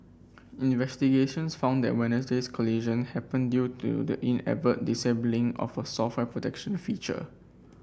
investigations found that Wednesday's collision happened due to the inadvertent disabling of a software protection feature